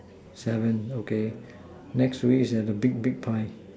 seven okay next to it is the big big pie